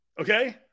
Okay